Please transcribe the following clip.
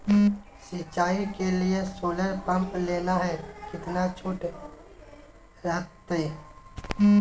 सिंचाई के लिए सोलर पंप लेना है कितना छुट रहतैय?